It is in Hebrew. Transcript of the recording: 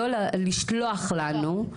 לא, לשלוח לנו.